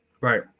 Right